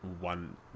one